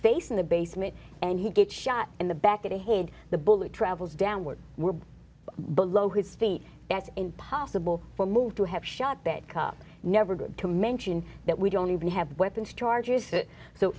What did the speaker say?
face in the basement and he gets shot in the back of the head the bullet travels downward we're below his feet that's impossible for move to have shot that cop never good to mention that we don't even have weapons charges